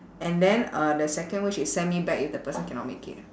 and then uh the second wish is send me back if the person cannot make it